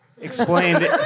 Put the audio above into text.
Explained